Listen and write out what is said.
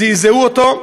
זעזעו אותו,